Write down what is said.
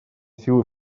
силы